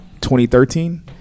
2013